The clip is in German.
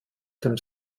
dem